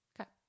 Okay